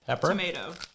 tomato